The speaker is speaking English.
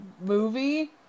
movie